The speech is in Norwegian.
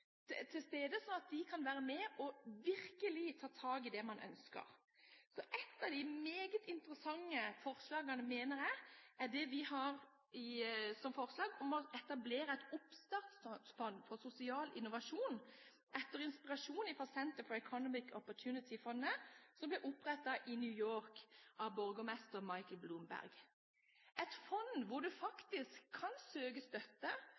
instrumenter til stede som setter ressurser og menneskelig kompetanse på plass, sånn at de kan være med og ta tak i det man virkelig ønsker. Ett av de meget interessante forslagene, mener jeg, er vårt forslag om å etablere et oppstartsfond for sosial innovasjon etter inspirasjon fra Center for Economic Opportunity-fondet, som ble opprettet i New York av borgermester Michael Bloomberg. Dette er et fond hvor man faktisk kan søke støtte